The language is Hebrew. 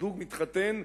כשזוג מתחתן,